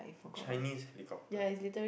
Chinese helicopter